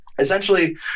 Essentially